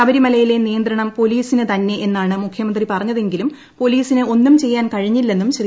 ശബരിമലയിലെ നിയന്ത്രണ്ണം പൊലീസിന് തന്നെയെന്നാണ് മുഖ്യമന്ത്രി പറഞ്ഞതെങ്കിലും പോലീസിന് ഒന്നും ചെയ്യാൻ കഴിഞ്ഞില്ലെന്നും ശ്രീ